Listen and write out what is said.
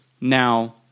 Now